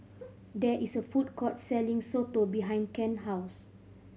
there is a food court selling soto behind Kent house